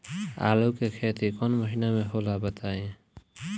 आलू के खेती कौन महीना में होला बताई?